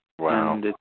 Wow